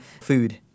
food